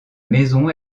maison